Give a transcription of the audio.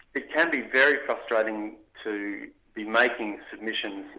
it can be very frustrating to be making submissions.